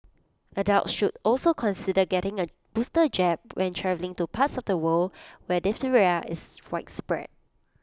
adults should also consider getting A booster jab when travelling to parts of the world where diphtheria is widespread